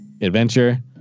adventure